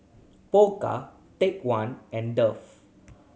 Pokka Take One and Dove